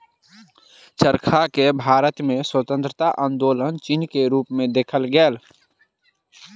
चरखा के भारत में स्वतंत्रता आन्दोलनक चिन्ह के रूप में देखल गेल